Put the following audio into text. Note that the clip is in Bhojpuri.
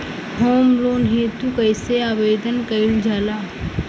होम लोन हेतु कइसे आवेदन कइल जाला?